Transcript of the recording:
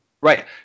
Right